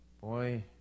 boy